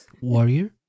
warrior